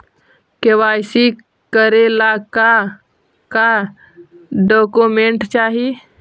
KYC करे ला का का डॉक्यूमेंट चाही?